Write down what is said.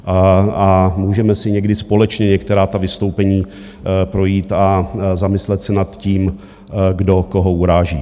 A můžeme si někdy společně některá ta vystoupení projít a zamyslet se nad tím, kdo koho uráží.